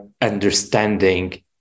understanding